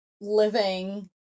living